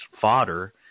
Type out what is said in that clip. fodder